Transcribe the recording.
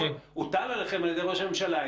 הוטל עליכם על ידי ראש הממשלה.